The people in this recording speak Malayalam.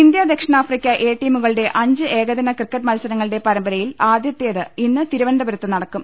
ഇന്ത്യ ദക്ഷിണാഫ്രിക്ക എ ടീമുകളുടെ അഞ്ച് ഏകദിന ക്രിക്കറ്റ് മത്സരങ്ങളുടെ പരമ്പരയിൽ ആദ്യത്തേത് ഇന്ന് തിരുവനന്തപുരത്ത് നടക്കും